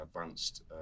advanced